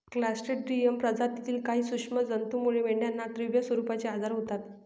Clostridium प्रजातीतील काही सूक्ष्म जंतूमुळे मेंढ्यांना तीव्र स्वरूपाचे आजार होतात